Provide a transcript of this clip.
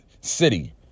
city